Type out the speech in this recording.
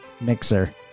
mixer